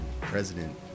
president